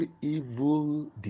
evil